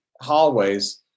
hallways